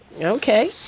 Okay